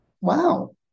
wow